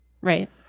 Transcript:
right